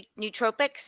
nootropics